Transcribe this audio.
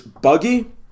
buggy